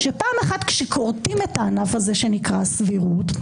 פעם אחת שכורתים את הענף הזה שנקרא "סבירות",